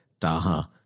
Daha